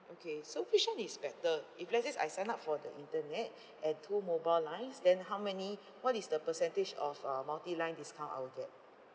okay so which one is better if let says I sign up for the internet and two mobile lines then how many what is the percentage of uh multi line discount I will get